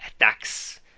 attacks